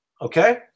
Okay